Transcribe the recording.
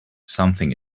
something